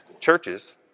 churches